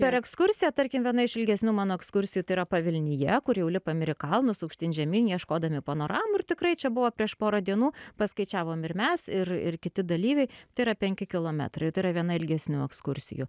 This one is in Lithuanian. per ekskursiją tarkim viena iš ilgesnių mano ekskursijų tai yra pavilnyje kur jau lipam ir į kalnus aukštyn žemyn ieškodami panoramų ir tikrai čia buvo prieš porą dienų paskaičiavom ir mes ir ir kiti dalyviai tai yra penki kilometrai tai yra viena ilgesnių ekskursijų